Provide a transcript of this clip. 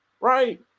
right